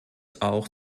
auch